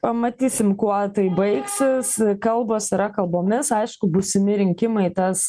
pamatysim kuo tai baigsis kalbos yra kalbomis aišku būsimi rinkimai tas